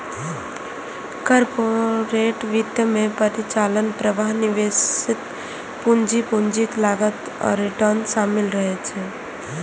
corporate वित्त मे परिचालन प्रवाह, निवेशित पूंजी, पूंजीक लागत आ रिटर्न शामिल रहै छै